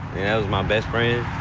my best friend.